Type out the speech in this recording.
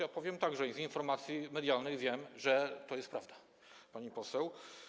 Ja powiem tak: z informacji medialnej wiem, że to jest prawda, pani poseł.